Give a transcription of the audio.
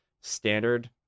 standard